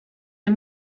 der